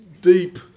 deep